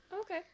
Okay